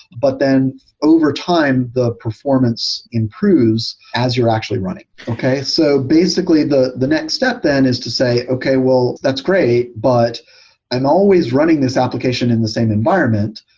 but then over time the performance improves as you're actually running. okay? so basically the the next step then is to say, okay. well, that's great, but i'm and always running this application in the same environment.